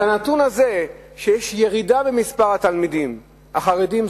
הנתון הזה שיש ירידה במספר התלמידים החרדים,